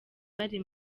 bari